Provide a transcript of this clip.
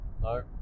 No